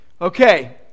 Okay